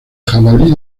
jabalí